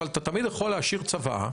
אבל אתה תמיד יכול להשאיר צוואה.